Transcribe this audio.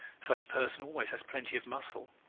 such a person always has plenty of muscle.